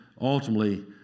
ultimately